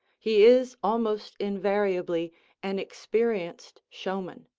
he is almost invariably an experienced showman.